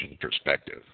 perspective